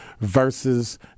versus